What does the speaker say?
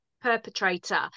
perpetrator